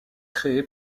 créés